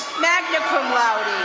magna cum laude.